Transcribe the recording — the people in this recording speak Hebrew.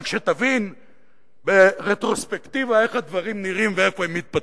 רק שתבין ברטרוספקטיבה איך הדברים נראים ואיפה הם מתפתחים.